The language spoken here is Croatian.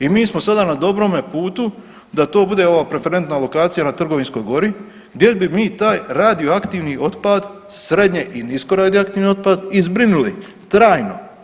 I mi smo sada na dobrome putu da to bude ova preferentna lokacija na Trgovinskoj gori gdje bi mi taj radioaktivni otpad srednje i nisko radioaktivni otpad i zbrinuli trajno.